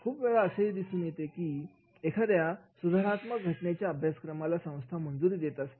खूप वेळा असे दिसून येते कीएखाद्या सुधारात्मक घटनेच्या अभ्यासक्रमाला संस्था मंजुरी देत असते